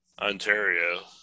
Ontario